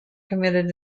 committed